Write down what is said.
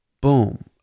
boom